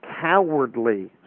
cowardly